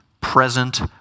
present